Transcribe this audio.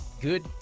good